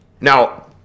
Now